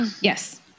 yes